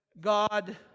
God